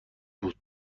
بود